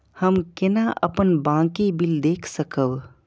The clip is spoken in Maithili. हम केना अपन बाँकी बिल देख सकब?